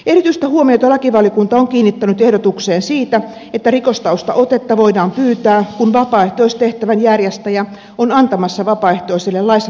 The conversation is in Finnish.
erityistä huomiota lakivaliokunta on kiinnittänyt ehdotukseen siitä että rikostaustaotetta voidaan pyytää kun vapaaehtoistehtävän järjestäjä on antamassa vapaaehtoiselle laissa tarkoitetun tehtävän